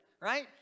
right